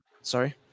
sorry